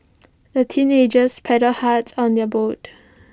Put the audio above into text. the teenagers paddled hard on their boat